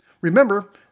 Remember